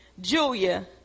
Julia